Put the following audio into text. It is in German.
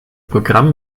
programm